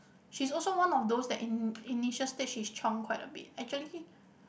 she's also one of those that in initial stage she's chiong quite a bit actually she